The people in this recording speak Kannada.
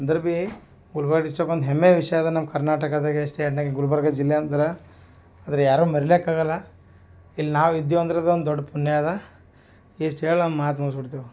ಅಂದರು ಬಿ ಗುಲ್ಬರ್ಗ್ ಡಿಸ್ಟ್ರಿಕ್ಟ್ ಒಂದು ಹೆಮ್ಮೆಯ ವಿಷಯ ಅದೆ ನಮ್ಮ ಕರ್ನಾಟಕದಾಗೆ ಸ್ಟೇಟ್ನಾಗೆ ಗುಲ್ಬರ್ಗ ಜಿಲ್ಲೆ ಅಂದ್ರೆ ಆದ್ರೆ ಯಾರ ಮರೆಯೋಕ್ ಆಗೋಲ್ಲ ಇಲ್ಲಿ ನಾವು ಇದ್ದೀವಿ ಅಂದ್ರೆ ಅದು ಒಂದು ದೊಡ್ಡ ಪುಣ್ಯ ಅದೆ ಇಷ್ಟು ಹೇಳಿ ನನ್ನ ಮಾತು ಮುಗಿಸ್ಬಿಡ್ತಿವಿ